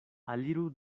aliru